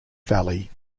valley